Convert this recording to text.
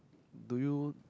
do you